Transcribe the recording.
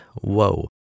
Whoa